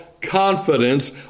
confidence